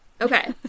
Okay